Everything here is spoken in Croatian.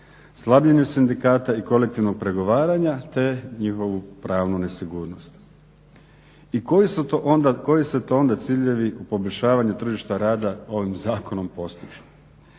slabljenje sindikata i kolektivnog pregovaranja, te njihovu pravnu nesigurnost. I koji se to onda ciljevi poboljšavanju tržišta rada ovim zakonom postižu?